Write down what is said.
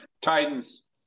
Titans